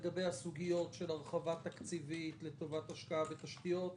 לגבי הסוגיות של הרחבה תקציבית לטובת השקעה בתשתיות?